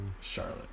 Charlotte